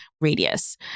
radius